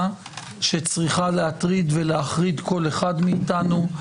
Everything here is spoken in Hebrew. שצריכה להטריד ולהחריד כל אחד מאיתנו.